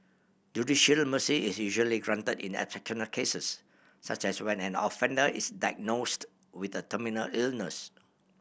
judicial mercy is usually granted in exceptional cases such as when an offender is diagnosed with a terminal illness